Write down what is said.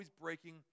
breaking